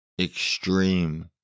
extreme